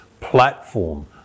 platform